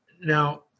Now